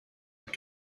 but